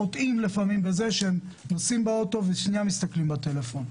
חוטאים לפעמים בזה שהם נוסעים באוטו ושנייה מסתכלים בטלפון,